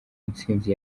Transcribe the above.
intsinzi